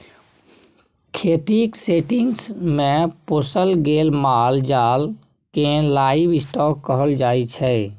खेतीक सेटिंग्स मे पोसल गेल माल जाल केँ लाइव स्टाँक कहल जाइ छै